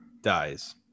dies